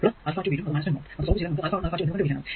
അത് സോൾവ് ചെയ്താൽ നമുക്ക് α 1 α 2 എന്നിവ കണ്ടുപിടിക്കാനാകും